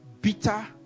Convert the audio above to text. bitter